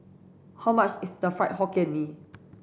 how much is the fried Hokkien Mee